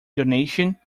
donation